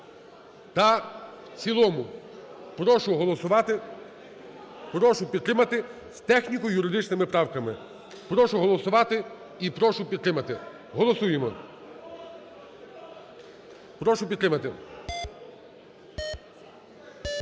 та в цілому. Прошу голосувати, прошу підтримати з техніко-юридичними правками. Прошу голосувати і прошу підтримати. Голосуємо. Прошу підтримати.